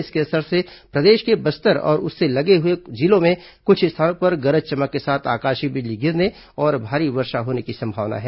इसके असर से प्रदेश के बस्तर और उससे लगे हुए जिलों में कुछ स्थानों पर गरज चमक के साथ आकाशीय बिजली गिरने और भारी वर्षा होने की संभावना है